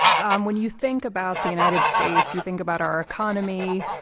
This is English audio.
um when you think about the united states, you think about our economy,